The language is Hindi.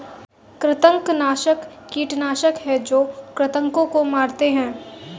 कृंतकनाशक कीटनाशक हैं जो कृन्तकों को मारते हैं